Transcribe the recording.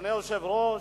אדוני היושב-ראש,